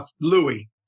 Louis